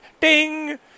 ding